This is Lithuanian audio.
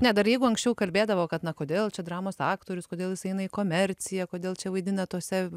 ne dar jeigu anksčiau kalbėdavo kad na kodėl čia dramos aktorius kodėl jis eina į komerciją kodėl čia vaidina tuose